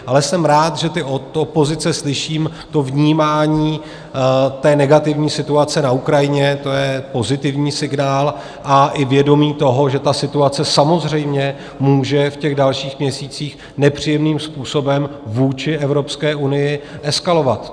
Ale jsem rád, že od opozice slyším vnímání negativní situace na Ukrajině to je pozitivní signál a i vědomí toho, že ta situace samozřejmě může v dalších měsících nepříjemným způsobem vůči Evropské unii eskalovat.